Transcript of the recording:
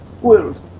world